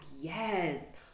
Yes